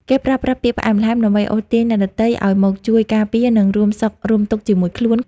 គេប្រើប្រាស់ពាក្យផ្អែមល្ហែម ដើម្បីអូសទាញអ្នកដទៃឱ្យមកជួយការពារ និងរួមសុខរួមទុក្ខជាមួយខ្លួន។